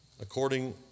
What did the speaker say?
according